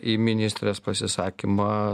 į ministrės pasisakymą